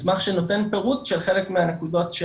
מסמך שנותן פירוט של חלק מהנקודות של